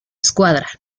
escuadra